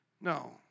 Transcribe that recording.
no